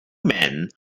men